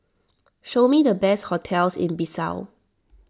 show me the best hotels in Bissau